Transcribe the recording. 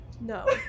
No